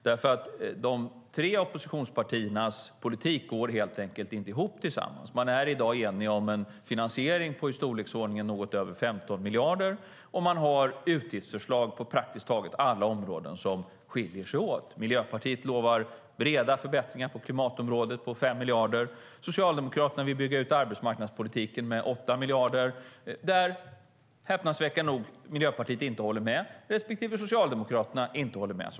De tre oppositionspartiernas politik går helt enkelt inte ihop. De är i dag eniga om en finansiering på i storleksordningen något över 15 miljarder, och man har utgiftsförslag på praktiskt taget alla områden som skiljer sig åt. Miljöpartiet lovar breda förbättringar på klimatområdet på 5 miljarder. Socialdemokraterna vill bygga ut arbetsmarknadspolitiken med 8 miljarder, där häpnadsväckande nog Miljöpartiet inte håller med respektive Vänsterpartiet inte håller med.